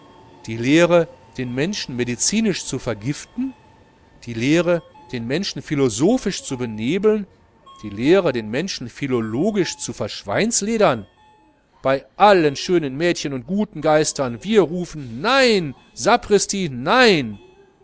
die lehre den menschen medizinisch zu vergiften die lehre den menschen philosophisch zu benebeln die lehre den menschen philologisch zu verschweinsledern bei allen schönen mädchen und guten geistern wir rufen nein sapristi nein